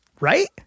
right